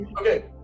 Okay